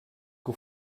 que